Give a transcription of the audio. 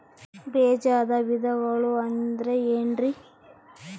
ಬೇಜದ ವಿಧಗಳು ಅಂದ್ರೆ ಏನ್ರಿ?